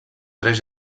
tres